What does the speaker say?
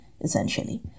essentially